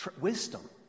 wisdom